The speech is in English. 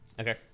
Okay